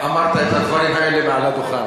אמרת את הדברים האלה מעל הדוכן.